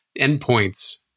endpoints